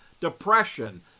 depression